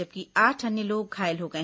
जबकि आठ अन्य लोग घायल हो गए